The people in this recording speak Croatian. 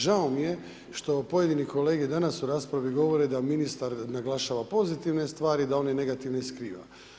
Žao mi je što pojedini kolege, danas u raspravi govore da ministar naglašava pozitivne stvari, da one negativne skriva.